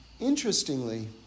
interestingly